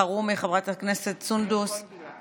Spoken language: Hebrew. מי שמבקש עוד להצביע, בבקשה.